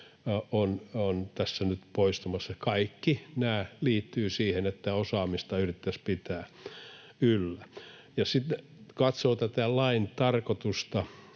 on tässä nyt poistumassa. Kaikki nämä liittyvät siihen, että osaamista yritettäisiin pitää yllä. Sitten kun katsoo tätä lain tarkoitusta